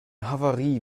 havarie